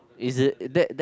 is it that that